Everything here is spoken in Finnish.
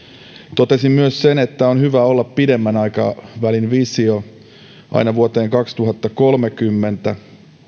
totesin myös sen että on hyvä olla pidemmän aikavälin visio aina vuoteen kaksituhattakolmekymmentä